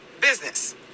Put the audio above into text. business